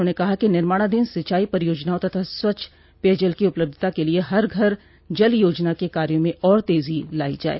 उन्होंने कहा कि निर्माणाधीन सिंचाई परियोजनाओं तथा स्वच्छ पेयजल की उपलब्धता के लिये हर घर जल योजना के कार्यो में और तेजी लाई जाये